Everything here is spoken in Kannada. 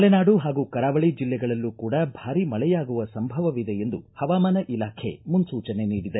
ಮಲೆನಾಡು ಹಾಗೂ ಕರಾವಳಿ ಜಿಲ್ಲೆಗಳಲ್ಲೂ ಕೂಡ ಭಾರೀ ಮಳೆಯಾಗುವ ಸಂಭವವಿದೆ ಎಂದು ಹವಾಮಾನ ಇಲಾಖೆ ಮುನ್ಸೂಚನೆ ನೀಡಿದೆ